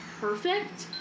perfect